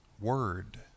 word